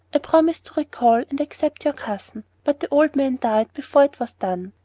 promised to recall and accept your cousin, but the old man died before it was done,